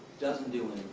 doesn't do